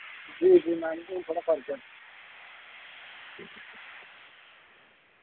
जी जी मैम हुन थोह्ड़ा फर्क ऐ